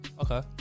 Okay